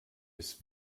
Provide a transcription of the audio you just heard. ist